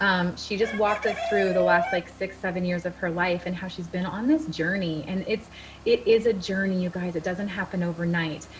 um she just walked us through the last, like, six seven years of her life and how she's been on this journey. and it's it is a journey, you guys. it doesn't happen overnight.